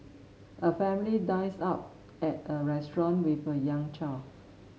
a family dines out at a restaurant with a young child